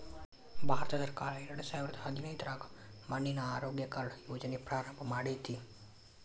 ಭಾರತಸರ್ಕಾರ ಎರಡಸಾವಿರದ ಹದಿನೈದ್ರಾಗ ಮಣ್ಣಿನ ಆರೋಗ್ಯ ಕಾರ್ಡ್ ಯೋಜನೆ ಪ್ರಾರಂಭ ಮಾಡೇತಿ